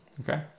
Okay